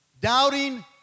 doubting